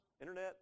Internet